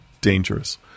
dangerous